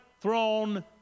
throne